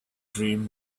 dream